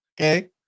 Okay